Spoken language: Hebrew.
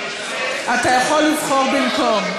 אתה יכול לבחור במקום.